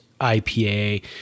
IPA